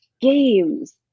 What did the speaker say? games